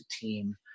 team